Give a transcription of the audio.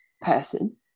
person